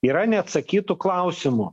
yra neatsakytų klausimų